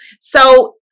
So-